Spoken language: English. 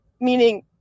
meaning